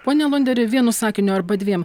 pone alonderi vienu sakiniu arba dviem